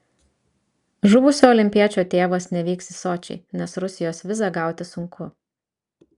žuvusio olimpiečio tėvas nevyks į sočį nes rusijos vizą gauti sunku